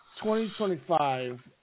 2025